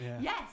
Yes